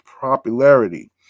popularity